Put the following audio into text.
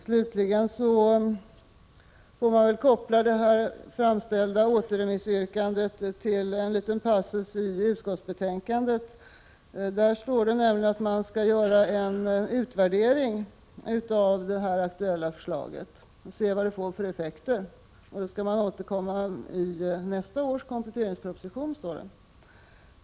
Slutligen får man väl koppla det framställda återremissyrkandet till en liten passus i utskottsbetänkandet. Där står det nämligen att man skall göra en utvärdering av det aktuella förslag et och se vad det får för effekter. Sedan skall man återkomma i nästa års kompletteringsproposition, står det.